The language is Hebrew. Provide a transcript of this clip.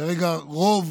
כרגע רוב